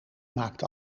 maakt